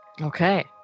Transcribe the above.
Okay